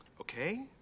Okay